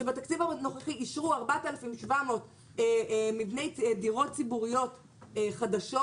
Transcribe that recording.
אישרו 4,700 דירות ציבוריות חדשות,